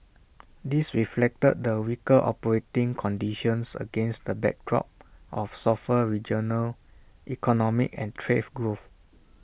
this reflected the weaker operating conditions against the backdrop of softer regional economic and trade growth